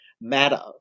matter